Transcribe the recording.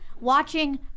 watching